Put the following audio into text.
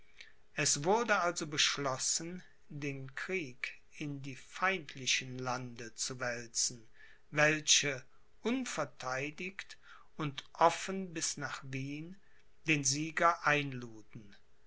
es wurde also beschlossen den krieg in die feindlichen lande zu wälzen welche unvertheidigt und offen bis nach wien den sieger einluden